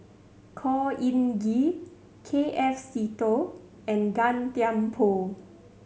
Khor Ean Ghee K F Seetoh and Gan Thiam Poh